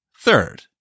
Third